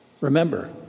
Remember